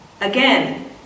again